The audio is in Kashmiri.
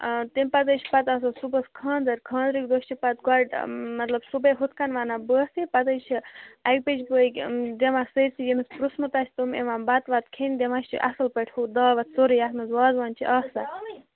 آ تَمہِ پَتہٕ حظ چھِ پَتہٕ آسان صُبحَس خانٛدَر خاندرٕکۍ دۄہ چھِ پَتہٕ گۄڈٕ مطلب صُبحٲے ہُتھ کَن وَنان بٲتھٕے پَتہٕ حظ چھِ اَکہِ بَجہِ بٲگۍ دِوان سٲرۍسٕے ییٚمِس پِرٛژھمُت آسہِ تِم یِوان بَتہٕ وَتہٕ کھیٚنہِ دِوان چھِ اَصٕل پٲٹھۍ ہُہ دعوت سورُے یَتھ منٛز وازوان چھِ آسان